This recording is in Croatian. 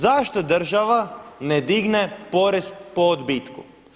Zašto država ne digne porez po odbitku?